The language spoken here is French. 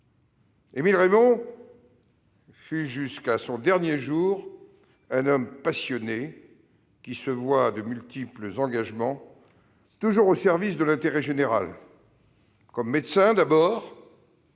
Émile Reymond fut jusqu'à son dernier jour un homme passionné, qui se voua à de multiples engagements, toujours au service de l'intérêt général, comme médecin,